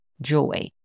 joy